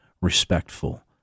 respectful